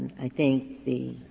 i think, the